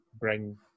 bring